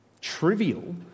trivial